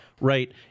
Right